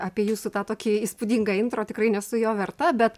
apie jūsų tą tokį įspūdingą intro tikrai nesu jo verta bet